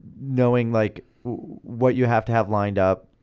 knowing like what you have to have lined up,